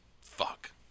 Fuck